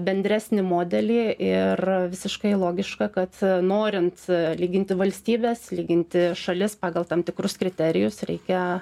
bendresnį modelį ir visiškai logiška kad norint lyginti valstybes lyginti šalis pagal tam tikrus kriterijus reikia